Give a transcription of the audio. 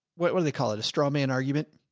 what do they call it? a straw man argument.